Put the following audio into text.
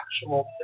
actual